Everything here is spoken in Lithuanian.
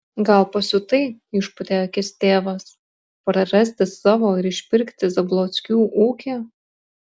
gal pasiutai išpūtė akis tėvas prarasti savo ir išpirkti zablockių ūkį